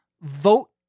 vote